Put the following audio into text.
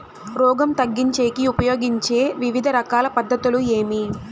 రోగం తగ్గించేకి ఉపయోగించే వివిధ రకాల పద్ధతులు ఏమి?